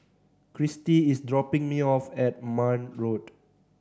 Cristy is dropping me off at Marne Road